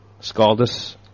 Scaldus